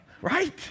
right